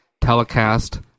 telecast